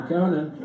Conan